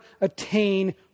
attain